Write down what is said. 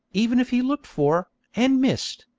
even if he looked for, and missed,